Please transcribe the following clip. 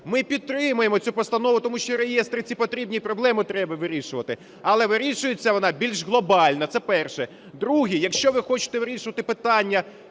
Ми підтримуємо цю постанову, тому що реєстри ці потрібні і проблему треба вирішувати, але вирішується вона більш глобальною. Це перше. Друге. Якщо ви хочете вирішувати питання